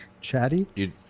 chatty